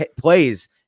plays